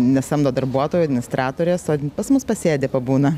nesamdo darbuotojų administratorės o pas mus pasėdi pabūna